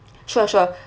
sure sure